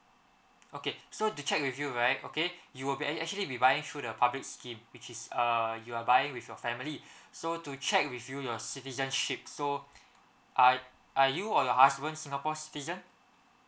okay so to check with you right okay you'll be actually be buying through the public scheme which is uh you are buying with your family so to check with you your citizenship so are are you or your husband singapore citizen